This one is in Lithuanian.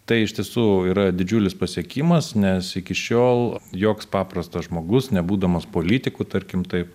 tai iš tiesų yra didžiulis pasiekimas nes iki šiol joks paprastas žmogus nebūdamas politiku tarkim taip